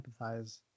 empathize